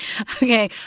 Okay